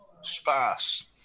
Sparse